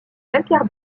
calcaire